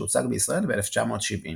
שהוצג בישראל ב־1970.